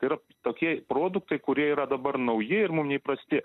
ir tokie produktai kurie yra dabar nauji ir mum neįprasti